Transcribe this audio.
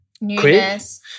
newness